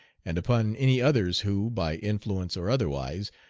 and upon any others who, by influence or otherwise,